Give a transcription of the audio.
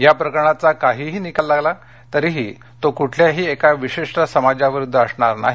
याप्रकरणाचा काहीही निकाल लागला तरीही तो कुठल्याही एका विशिष्ट समाजाविरुद्ध असणारनाही